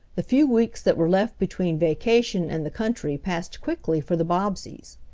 the few weeks that were left between vacation and the country passed quickly for the bobbseys.